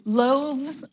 loaves